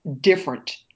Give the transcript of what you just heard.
different